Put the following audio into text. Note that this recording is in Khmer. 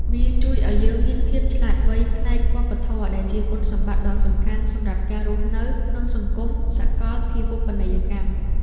វាជួយឱ្យយើងមានភាពឆ្លាតវៃផ្នែកវប្បធម៌ ដែលជាគុណសម្បត្តិដ៏សំខាន់សម្រាប់ការរស់នៅក្នុងសង្គមសកលភាវូបនីយកម្ម។